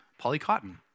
polycotton